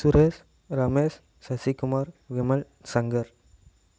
Suresh Ramesh Sasikumar Vimal Shankar